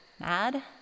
Mad